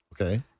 Okay